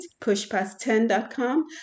pushpast10.com